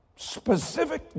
Specific